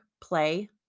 Play